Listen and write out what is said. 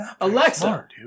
Alexa